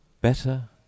Better